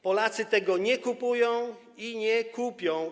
Polacy tego nie kupują i nie kupią.